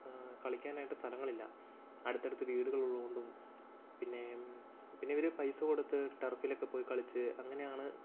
കളിക്കാനായിട്ട് സ്ഥലങ്ങളില്ല അടുത്തടുത്ത് വീടുകളുള്ളതുകൊണ്ടും പിന്നെ പിന്നെ ഇവർ പൈസ കൊടുത്ത് ടർഫിലൊക്കെ പോയി കളിച്ച് അങ്ങനെയാണ്